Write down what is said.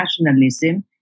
nationalism